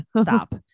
Stop